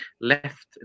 left